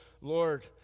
Lord